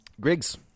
Griggs